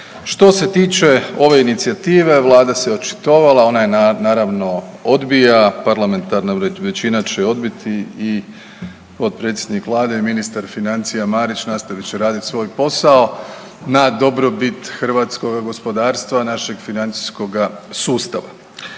Što se tiče ove inicijative Vlada se očitovala. Ona je naravno odbija. Parlamentarna većina će odbiti i potpredsjednik Vlade i ministar financija Marić nastavit će raditi svoj posao na dobrobit hrvatskoga gospodarstva, našeg financijskoga sustava.